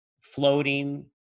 floating